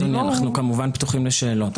אדוני, אנחנו כמובן פתוחים לשאלות.